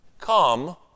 Come